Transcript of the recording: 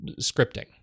scripting